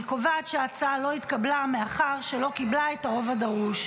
אני קובעת שההצעה לא התקבלה מאחר שלא קיבלה את הרוב הדרוש.